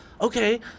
okay